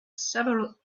several